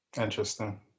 Interesting